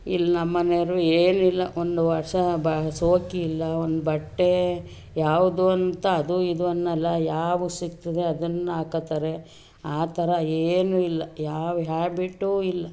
ಇಲ್ಲಿ ನಮ್ಮ ಮನೆವ್ರು ಏನೂ ಇಲ್ಲ ಒಂದು ವರ್ಷ ಬ ಶೋಕಿ ಇಲ್ಲ ಒಂದು ಬಟ್ಟೆ ಯಾವುದೂ ಅಂತ ಅದು ಇದು ಅನ್ನೋಲ್ಲ ಯಾವ್ದು ಸಿಗ್ತದೆ ಅದನ್ನು ಹಾಕೋತರೆ ಆ ಥರ ಏನೂ ಇಲ್ಲ ಯಾವ ಹ್ಯಾಬಿಟು ಇಲ್ಲ